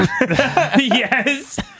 Yes